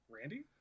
Randy